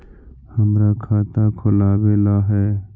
हमरा खाता खोलाबे ला है?